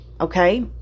Okay